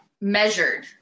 measured